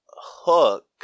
Hook